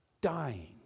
dying